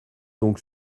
donc